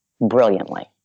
brilliantly